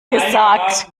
gesagt